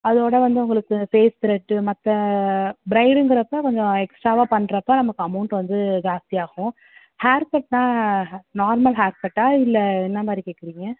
அதோட வந்து உங்களுக்கு இந்த பேஸ் த்ரெட்டு மற்ற ப்ரைடுங்கிறப்போ கொஞ்சம் எக்ஸ்ட்ராவாக பண்ணுறப்ப நமக்கு அமவுண்ட் வந்து ஜாஸ்தி ஆகும் ஹேர் கட்னா நார்மல் ஹேர் கட்டா இல்லை என்ன மாதிரி கேக்கிறிங்க